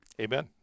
Amen